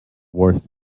worth